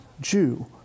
Jew